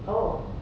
oh